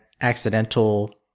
accidental